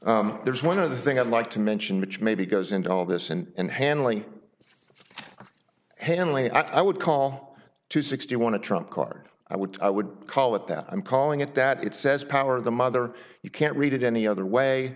there's one other thing i'd like to mention which maybe goes into all this and handling handling it i would call to sixty want to trump card i would i would call it that i'm calling it that it says power of the mother you can't read it any other way